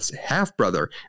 half-brother